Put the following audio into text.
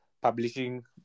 publishing